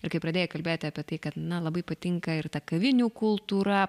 ir kai pradėjai kalbėti apie tai kad na labai patinka ir ta kavinių kultūra